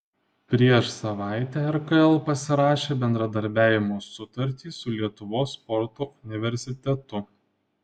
prieš savaitę rkl pasirašė bendradarbiavimo sutartį su lietuvos sporto universitetu